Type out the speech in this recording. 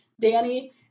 Danny